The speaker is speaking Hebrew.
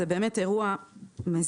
זה באמת אירוע נורא ואיום,